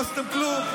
לא עשיתם כלום.